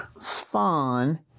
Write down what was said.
fun